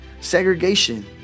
segregation